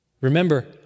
Remember